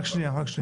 רק שנייה.